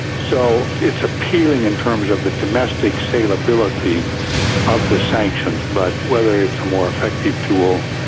so it's appealing in terms of the domestic saleability of the sanctions, but whether it's a more effective tool,